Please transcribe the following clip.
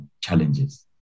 challenges